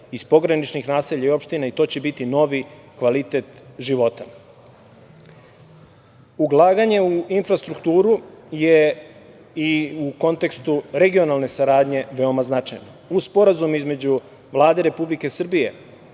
iz pograničnih naselja i opština i to će biti novi kvalitet života. Ulaganje u infrastrukturu je i u kontekstu regionalne saradnje veoma značajno. Uz sporazum između Vlade Republike Srbije